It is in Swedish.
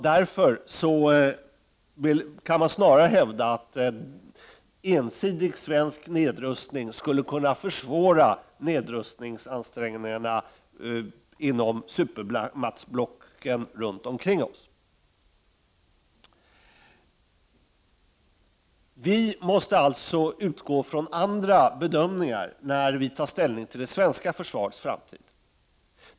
Därför kan man snarare hävda att ensidig svensk nedrustning skulle kunna försvåra nedrustningsansträngningarna inom supermaktsblocken runt omkring oss. Vi måste alltså utgå från andra bedömningar när vi tar ställning till det svenska försvarets framtid.